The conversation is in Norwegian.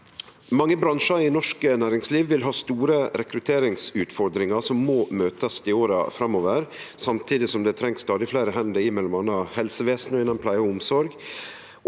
«Mange bransjar i norsk næringsliv vil ha store rekrutteringsutfordringar som må møtast i åra framover, samtidig som det trengst stadig fleire hender i mellom anna helsevesenet og innan pleie og omsorg